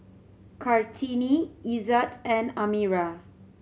Kartini Izzat and Amirah